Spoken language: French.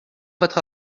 votre